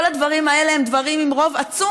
כל הדברים האלה הם דברים עם רוב עצום